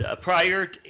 Prior